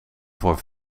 voor